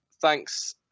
Thanks